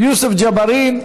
יוסף ג'בארין,